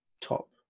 top